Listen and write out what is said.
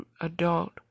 adult